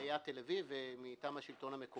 מעיריית תל אביב, מטעם השלטון המקומי.